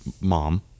mom